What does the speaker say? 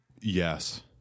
Yes